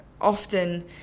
often